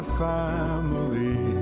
family